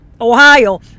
Ohio